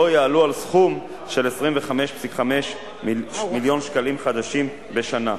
לא יעלו על סכום של 25.5 מיליון שקלים חדשים בשנה.